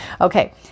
Okay